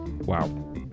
Wow